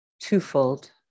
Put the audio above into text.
twofold